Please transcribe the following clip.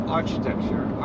architecture